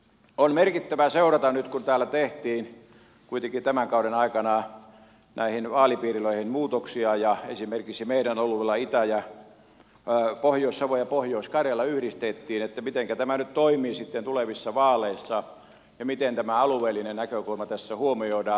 on merkittävää seurata nyt kun täällä tehtiin kuitenkin tämän kauden aikana näihin vaalipiireihin muutoksia ja esimerkiksi meidän alueella itä ja pohjois savo ja pohjois karjala yhdistettiin että mitenkä tämä nyt toimii sitten tulevissa vaaleissa ja miten tämä alueellinen näkökulma tässä huomioidaan